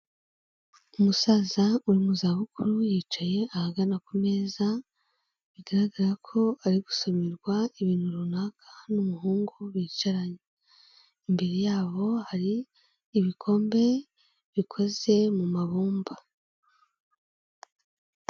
Umusaza uri mu zabukuru yicaye ahagana ku meza, bigaragara ko ari gusomerwa ibintu runaka n'umuhungu bicaranye. Imbere yabo hari ibikombe bikoze mu mabumba.